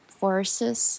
forces